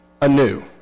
anew